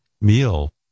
meal